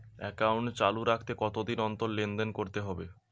Account চালু রাখতে কতদিন অন্তর লেনদেন করতে হবে?